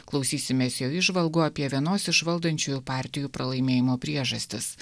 klausysimės jo įžvalgų apie vienos iš valdančiųjų partijų pralaimėjimo priežastis